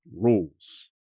rules